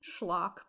schlock